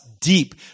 deep